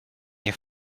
nie